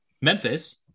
Memphis